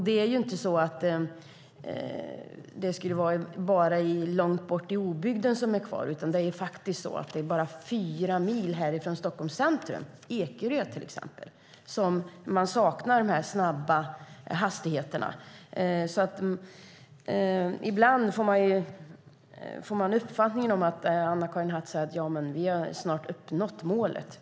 Det är inte bara obygden som är kvar, utan bara fyra mil härifrån Stockholms centrum, till exempel på Ekerö, saknar man de här snabba hastigheterna. Ibland låter det som om Anna-Karin Hatt säger att vi snart har uppnått målet.